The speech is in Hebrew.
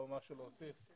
לא משהו להוסיף.